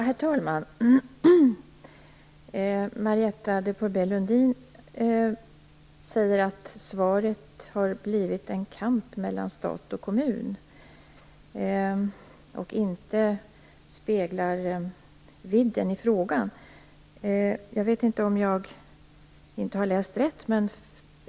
Herr talman! Marietta de Pourbaix-Lundin säger att det i svaret har blivit till en kamp mellan stat och kommun och att det inte speglar vidden i frågan. Jag vet inte om jag har läst rätt.